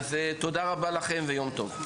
תודה רבה לכם ויום טוב.